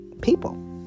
people